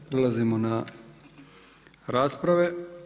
Prelazimo na rasprave.